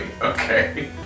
Okay